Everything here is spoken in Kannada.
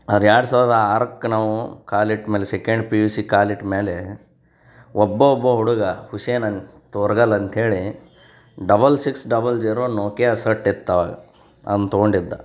ಆದ್ರೆ ಎರಡು ಸಾವಿರದ ಆರಕ್ಕೆ ನಾವು ಕಾಲಿಟ್ಮೇಲೆ ಸೆಕೆಂಡ್ ಪಿ ಯು ಸಿ ಕಾಲಿಟ್ಟ ಮೇಲೆ ಒಬ್ಬೊಬ್ಬ ಹುಡುಗ ಹುಸೇನ್ ಅನ್ ತೋರ್ಗಲ್ ಅಂತ ಹೇಳಿ double six double zero Nokia set ಇತ್ತು ಆವಾಗ ಅದ್ನ ತಗೊಂಡಿದ್ದ